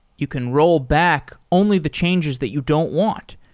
you can ro llback only the changes that you don't want,